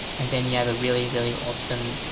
and then you have a really, really awesome